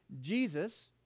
Jesus